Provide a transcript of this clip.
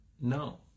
No